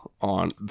On